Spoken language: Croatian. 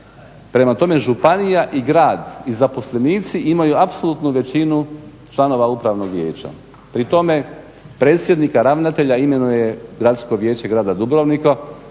Prema tome županija i grad i zaposlenici imaju apsolutnu većinu članova upravnog vijeća, pri tome predsjednika, ravnatelja imenuje Gradsko vijeće grada Dubrovnika.